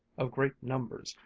of great numbers,